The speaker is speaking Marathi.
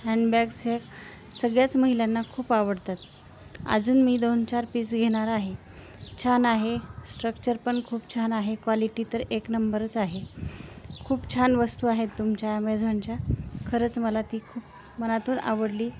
हँन्डबॅग्स ह्या सगळ्याच महिलांना खूप आवडतात अजून मी दोन चार पीस घेणार आहे छान आहे स्ट्रक्चर पण खूप छान आहे क्वालिटी तर एक नंबरच आहे खूप छान वस्तू आहेत तुमच्या ॲमेझॉनच्या खरंच मला ती खूप मनातून आवडली